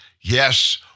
yes